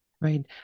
Right